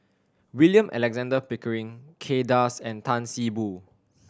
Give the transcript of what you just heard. William Alexander Pickering Kay Das and Tan See Boo